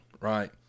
right